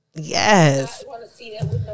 Yes